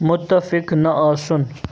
مُتفِق نہٕ آسُن